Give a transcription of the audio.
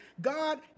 God